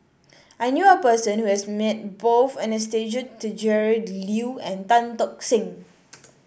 I knew a person who has met both Anastasia Tjendri Liew and Tan Tock Seng